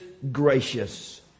gracious